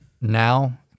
now